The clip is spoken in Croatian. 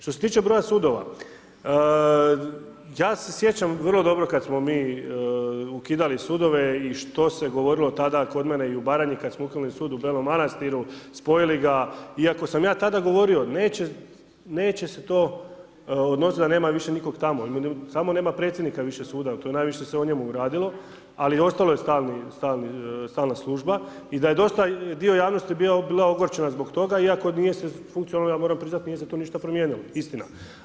Što se tiče broja sudova, ja se sjećam vrlo dobro kada smo mi ukidali sudove i što se govorilo tada kod mene i u Baranji kada smo ukinuli Sud u Belom Manastiru, spojili ga iako sam ja tada govorio neće se to odnositi da nema više nikog tamo, samo nema predsjednika više suda jer najviše se o njemu radilo, ali ostala je stalna služba i da je dosta dio javnosti bio ogorčen zbog toga iako nije … ja moram priznat nije se to ništa promijenilo istina.